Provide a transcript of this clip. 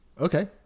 Okay